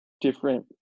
different